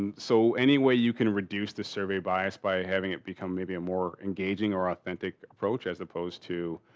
and so, any way you can reduce the survey bias by having it become maybe a more engaging or authentic approach as opposed to,